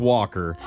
Walker